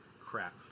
Crap